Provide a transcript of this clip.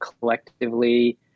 collectively